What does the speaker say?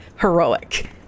heroic